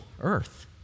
earth